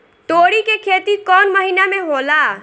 तोड़ी के खेती कउन महीना में होला?